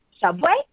Subway